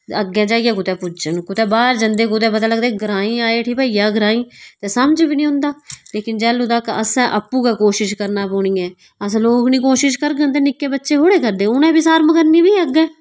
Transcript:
ते अग्गें जाइयै कुतै पुज्जन कुतै बाहर जंदे ते कुतै पता लगदा ग्रांई आई ठी भइया ग्रांई समझ बी निं औंदा लेकिन जैलूं तक असें आपूं गै कोशिश करना पौनी ऐ अस लोग निं कोशिश करङन ते नि'क्के बच्चे थोह्ड़ी करदे उ'नें बी शरम करनी भी अग्गें